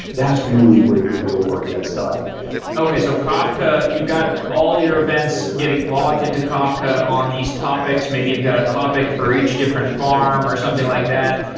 that's really where the real work gets done okay. so kafka. you've got all your events getting logged into kafka on these topics. maybe you've got a topic for each different farm or something like that,